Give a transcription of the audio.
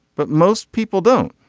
but most people don't.